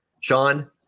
Sean